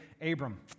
Abram